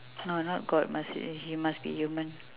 no not god must uh it must be human